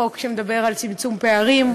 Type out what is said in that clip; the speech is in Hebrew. חוק שמדבר על צמצום פערים,